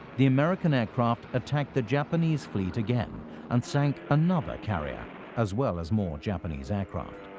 the american aircraft attacked the japanese fleet again and sank another carrier as well as more japanese aircraft.